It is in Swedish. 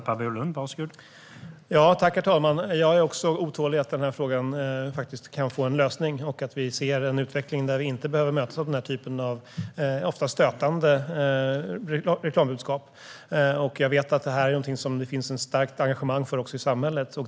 Herr talman! Jag är också otålig att frågan faktiskt kan få en lösning och att vi kan få se en utveckling där vi inte behöver mötas av den typen av ofta stötande reklambudskap. Jag vet att det är något som det finns ett starkt engagemang för i samhället.